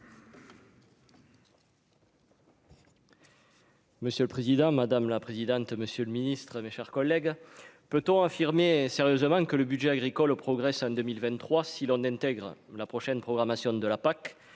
Monsieur le président, madame la présidente, monsieur le Ministre, mes chers collègues, peut-on affirmer sérieusement que le budget agricole au progresse en 2023 si l'on intègre la prochaine programmation de la PAC